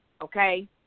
okay